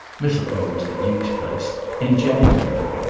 mistletoe was the duke's place in january.